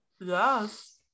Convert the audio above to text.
Yes